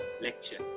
lecture